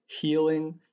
healing